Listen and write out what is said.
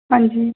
ਹਾਂਜੀ